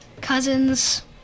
cousins